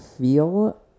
feel